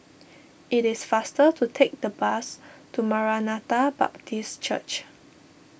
it is faster to take the bus to Maranatha Baptist Church